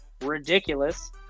ridiculous